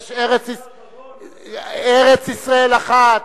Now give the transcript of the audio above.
ארץ-ישראל אחת.